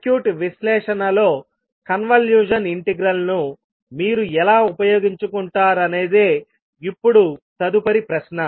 circuit విశ్లేషణలో convolution integral ను మీరు ఎలా ఉపయోగించుకుంటారనేది ఇప్పుడు తదుపరి ప్రశ్న